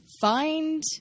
find